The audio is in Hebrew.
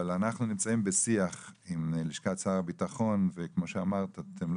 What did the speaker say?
אנחנו נמצאים בשיח עם לשכת שר הביטחון וכמו שאמרת אתם לא